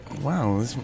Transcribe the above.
Wow